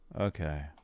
Okay